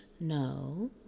no